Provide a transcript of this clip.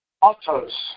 autos